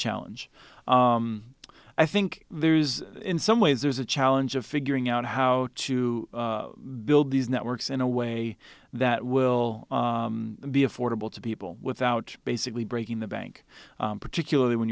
challenge i think there is in some ways there's a challenge of figuring out how to build these networks in a way that will be affordable to people without basically breaking the bank particularly when